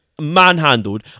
manhandled